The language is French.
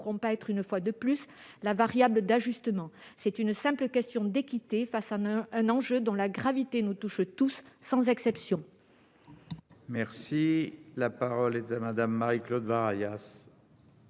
pas être une fois de plus la variable d'ajustement. C'est une question d'équité face à un enjeu dont la gravité nous touche tous, sans exception. La parole est à Mme Marie-Claude Varaillas,